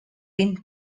been